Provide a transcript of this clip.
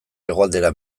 hegoaldera